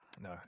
no